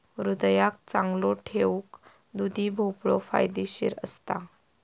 हृदयाक चांगलो ठेऊक दुधी भोपळो फायदेशीर असता